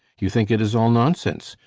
you think it is all nonsense?